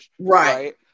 Right